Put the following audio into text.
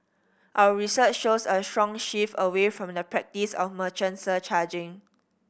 our research shows a strong shift away from the practice of merchant surcharging